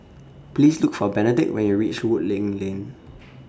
Please Look For Benedict when YOU REACH Woodleigh Lane